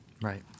Right